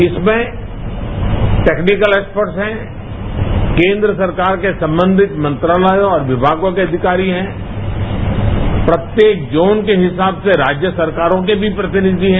इसमें technical expert हैं केंद्र सरकार से संबंधित मंत्रालयों और विभागों के अधिकारी हैं प्रत्येक जोन के हिसाब से राज्य सरकारों के भी प्रतिनिधि हैं